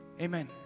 Amen